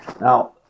Now